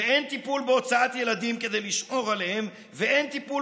אין טיפול בהוצאת ילדים כדי לשמור עליהם ואין טיפול